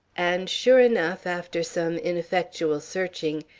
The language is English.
and, sure enough, after some ineffectual searching,